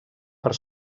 per